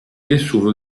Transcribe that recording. nessuno